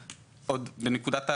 בטעות,